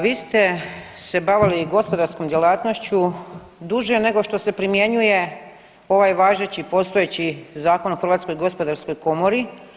Vi ste se bavili gospodarskom djelatnošću duže nego što se primjenjuje ovaj važeći, postojeći Zakon o hrvatskom gospodarskoj komori.